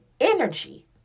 energy